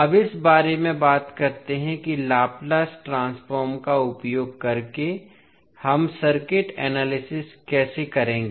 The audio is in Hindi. अब इस बारे में बात करते हैं कि लाप्लास ट्रांसफॉर्म का उपयोग करके हम सर्किट एनालिसिस कैसे करेंगे